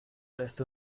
lässt